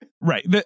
Right